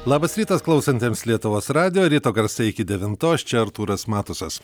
labas rytas klausantiems lietuvos radijo ryto garsai iki devintos čia artūras matusas